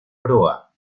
proa